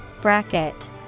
Bracket